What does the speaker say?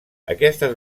aquestes